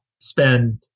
spend